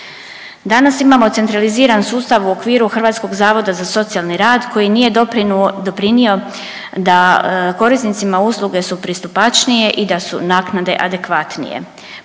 Danas imamo centraliziran sustav u okviru Hrvatskog zavoda za socijalni rad koji nije doprinio da korisnicima usluge su pristupačnije i da su naknade adekvatnije.